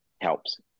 Helps